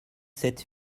sept